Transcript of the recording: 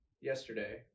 yesterday